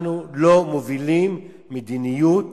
אנחנו לא מובילים מדיניות